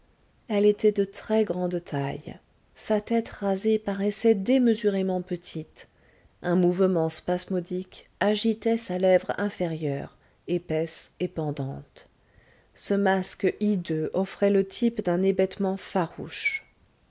elle était de très-grande taille sa tête rasée paraissait démesurément petite un mouvement spasmodique agitait sa lèvre inférieure épaisse et pendante ce masque hideux offrait le type d'un hébétement farouche